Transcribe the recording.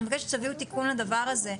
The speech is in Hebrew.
אני מבקשת שתביאו תיקון לדבר הזה.